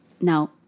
Now